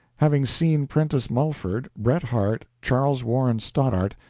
having seen prentice mulford, bret harte, charles warren stoddard,